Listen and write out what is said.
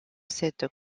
cette